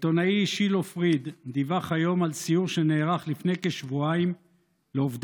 העיתונאי שילה פריד דיווח היום על סיור שנערך לפני כשבועיים לעובדי